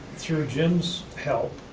through jim's help,